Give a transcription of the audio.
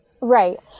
Right